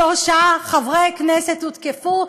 שלושה חברי כנסת הותקפו.